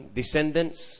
descendants